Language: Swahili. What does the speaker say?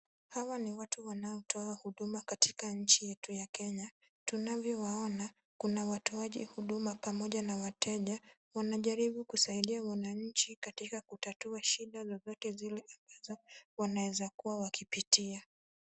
Hawa ni watu wanaotoa huduma katika nchi yetu ya Kenya. Tunavyowaona, kuna watoaji huduma pamoja na wateja wanajaribu kusaidia wananchi katika kutatua shida zozote zile ambazo wanaweza kuwa wakipitia.